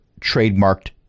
trademarked